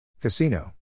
Casino